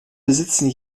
besitzen